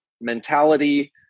mentality